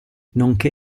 nonché